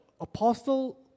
apostle